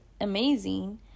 amazing